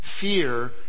fear